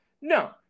no